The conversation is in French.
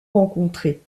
rencontrée